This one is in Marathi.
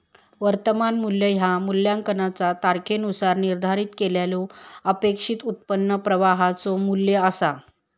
वर्तमान मू्ल्य ह्या मूल्यांकनाचा तारखेनुसार निर्धारित केलेल्यो अपेक्षित उत्पन्न प्रवाहाचो मू्ल्य असा